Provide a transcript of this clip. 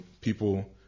people